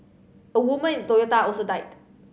a woman in Toyota also died